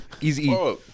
Easy